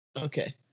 Okay